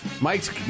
Mike's